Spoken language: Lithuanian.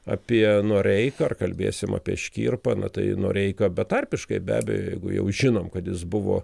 apie noreiką ar kalbėsim apie škirpą na tai noreika betarpiškai be abejo jeigu jau žinom kad jis buvo